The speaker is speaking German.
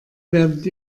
werdet